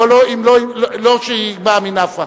אבל לא כשהיא באה מנפאע,